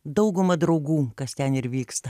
daugumą draugų kas ten ir vyksta